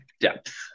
depth